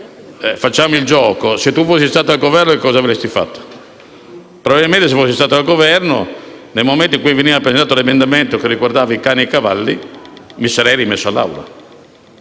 Facciamo un gioco: se tu fossi stato al Governo, cosa avresti fatto? Probabilmente, se fossi stato al Governo, nel momento in cui veniva presentato l'emendamento riguardante i cani e i cavalli, mi sarei rimesso